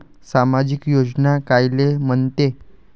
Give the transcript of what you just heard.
सामाजिक योजना कायले म्हंते?